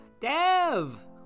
Dev